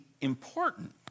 important